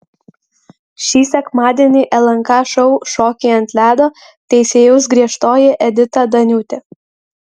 šį sekmadienį lnk šou šokiai ant ledo teisėjaus griežtoji edita daniūtė